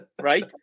Right